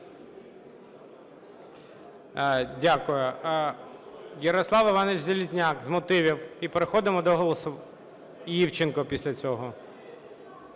Дякую. Ярослав Іванович Железняк з мотивів і переходимо до… І Івченко після цього.